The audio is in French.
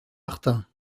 martin